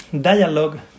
dialogue